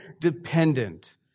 dependent